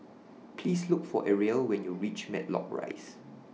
Please Look For Arielle when YOU REACH Matlock Rise